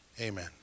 amen